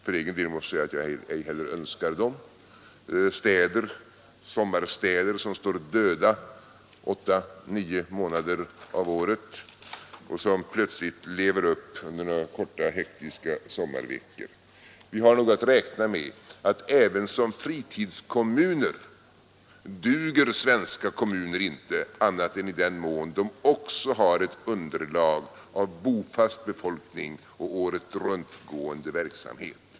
För egen del måste jag säga att jag ej heller önskar sådana sommarstäder, som står döda åtta till nio månader av året och som plötsligt lever upp under några korta hektiska sommarveckor. Vi har nog att räkna med att inte heller som fritidskommuner duger svenska kommuner annat än i den mån de också har ett underlag av bofast befolkning och åretruntgående verksamhet.